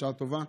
בשעה טובה,